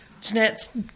Jeanette's